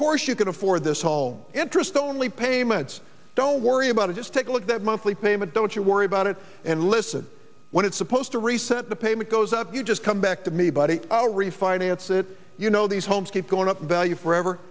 course you can afford this all interest only payments don't worry about it just take a look that monthly payment don't you worry about it and listen when it's supposed to reset the payment goes up you just come back to me but our refinance it you know these homes keep going up value forever